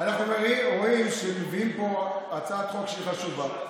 אנחנו רואים שמביאים פה הצעת חוק שהיא חשובה.